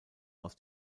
aus